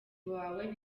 wawe